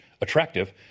attractive